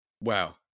Wow